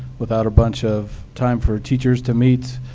without a bunch of time for teachers to meet,